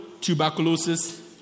tuberculosis